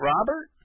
Robert